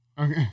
Okay